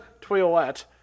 toilet